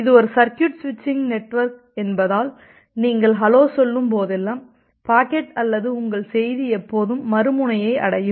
இது ஒரு circuit switching network என்பதால் நீங்கள் ஹலோ சொல்லும் போதெல்லாம் பாக்கெட் அல்லது உங்கள் செய்தி எப்போதும் மறுமுனையை அடையும்